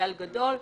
פוטנציאל גדול.